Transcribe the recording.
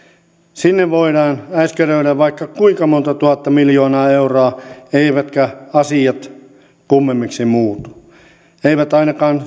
sinne voidaan äyskäröidä vaikka kuinka monta tuhatta miljoonaa euroa eivätkä asiat kummemmiksi muutu eivät ainakaan